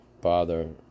bother